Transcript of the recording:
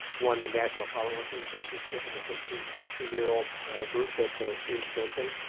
won the national powerlifting championship and the thirteen, fifteen year old group that the students mentioned.